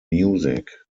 music